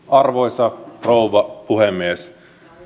arvoisa puhemies